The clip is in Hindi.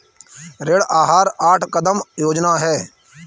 ऋण आहार आठ कदम योजना है